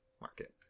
Market